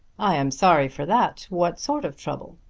i am sorry for that. what sort of trouble?